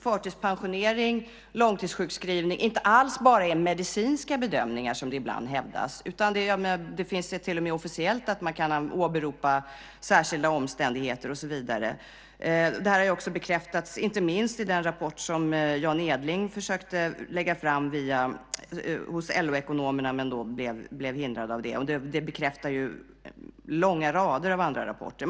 Förtidspensionering och långtidssjukskrivning är inte alls bara medicinska bedömningar, som det ibland hävdas, utan det är till och med officiellt att man kan åberopa särskilda omständigheter och så vidare. Det har också bekräftats, inte minst i den rapport som Jan Edling försökte lägga fram hos LO-ekonomerna men blev hindrad. Det bekräftas i långa rader av andra rapporter.